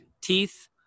teeth